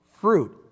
fruit